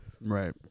Right